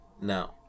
No